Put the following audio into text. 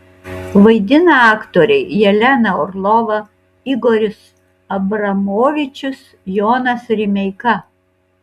vaidina aktoriai jelena orlova igoris abramovičius jonas rimeika